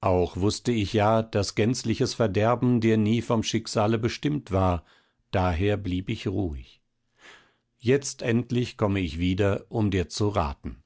auch wußte ich ja daß gänzliches verderben dir nie vom schicksale bestimmt war daher blieb ich ruhig jetzt endlich komme ich wieder um dir zu raten